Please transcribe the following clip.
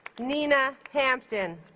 nina hampton